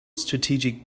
strategic